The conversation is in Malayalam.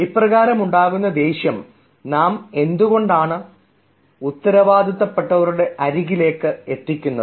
ഇപ്രകാരം ഉണ്ടാവുന്ന ദേഷ്യം നാം എന്തുകൊണ്ടാണ് ഉത്തരവാദിത്തപ്പെട്ടവരുടെ അരികിലേക്ക് എത്തിക്കുന്നത്